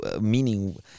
meaning